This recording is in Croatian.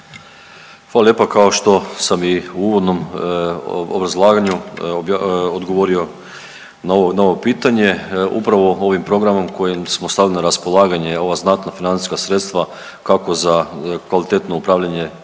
Hvala lijepa, kao što sam i u uvodnom obrazlaganju odgovorio na ovo pitanje, upravo ovim programom kojim smo stavili na raspolaganje ova znatna financijska sredstva kako za kvalitetno upravljanje